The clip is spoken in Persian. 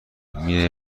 میره